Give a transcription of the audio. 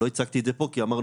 לא הצגתי את זה פה כי אמרנו,